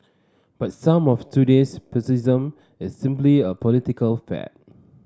but some of today's pessimism is simply a political fad